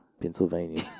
Pennsylvania